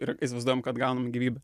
ir įsivaizduojam kad gaunam gyvybę